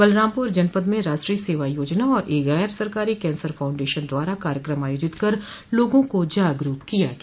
बलरामपुर जनपद में राष्ट्रीय सेवा योजना और एक गैर सरकारी कैंसर फाउंडेशन द्वारा कार्यकम आयोजित कर लोगों को जागरूक किया गया